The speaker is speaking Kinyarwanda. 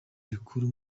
rikuru